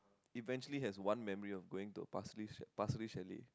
eventually has one memory of going to a Pasir-Ris Pasir-Ris chalet